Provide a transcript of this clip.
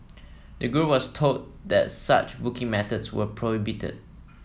the group was told that such booking methods were prohibited